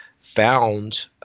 found